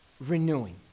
renewing